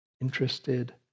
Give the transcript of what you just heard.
interested